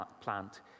plant